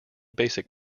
basic